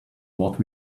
what